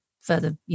further